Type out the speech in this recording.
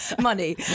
Money